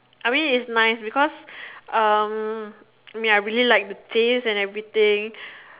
I mean it's nice because um ya I really like the taste and everything